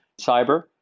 cyber